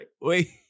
Wait